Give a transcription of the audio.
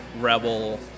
Rebel